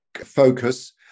focus